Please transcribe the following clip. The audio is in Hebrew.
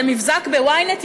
זה מבזק ב-ynet,